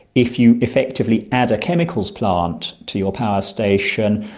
if you effectively add a chemicals plant to your power station,